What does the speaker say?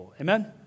Amen